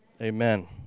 Amen